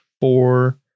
four